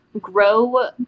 grow